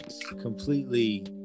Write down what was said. completely